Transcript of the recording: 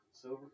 Silver